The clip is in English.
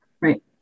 Right